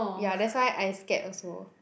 ya that's why I scared also